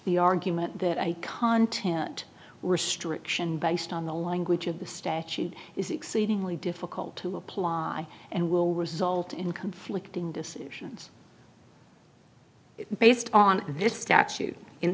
the argument that a content restriction based on the language of the statute is exceedingly difficult to apply and will result in conflicting decisions based on this statute in